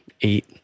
eight